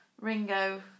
Ringo